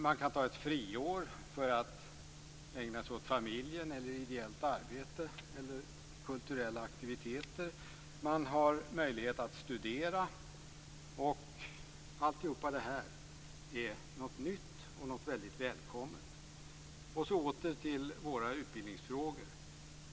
Man kan ta ett friår för att ägna sig åt familjen eller åt ideellt arbete eller kulturella aktiviteter. Man har möjlighet att studera. Allt detta är någonting nytt och någonting som är väldigt välkommet. Jag återkommer så till våra utbildningsfrågor.